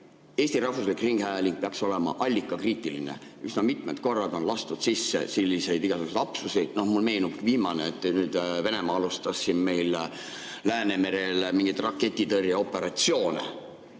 Eesti rahvuslik ringhääling peaks olema allikakriitiline. Üsna mitmed korrad on lastud sisse igasuguseid selliseid lapsuseid. Mulle meenub viimane, et Venemaa alustas siin meil Läänemerel mingeid raketitõrjeoperatsioone.